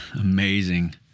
amazing